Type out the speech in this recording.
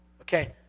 Okay